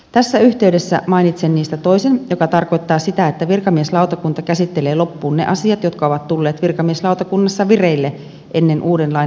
tässä yhteydessä mainitsen niistä toisen joka tarkoittaa sitä että virkamieslautakunta käsittelee loppuun ne asiat jotka ovat tulleet virkamieslautakunnassa vireille ennen uuden lain voimaantuloa